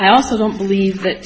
i also don't believe that